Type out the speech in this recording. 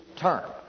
term